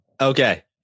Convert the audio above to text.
Okay